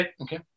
okay